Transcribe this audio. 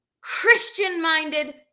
Christian-minded